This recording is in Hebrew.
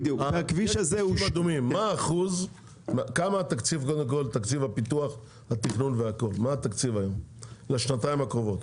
כמה תקציב הפיתוח והתכנון והכול לשנתיים הקרובות?